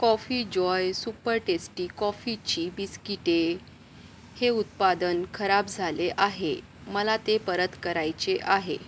coffee Joy super tasty कॉफीची बिस्किटे हे उत्पादन खराब झाले आहे मला ते परत करायचे आहे